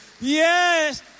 Yes